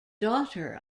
daughter